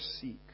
seek